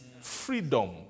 freedom